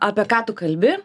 apie ką tu kalbi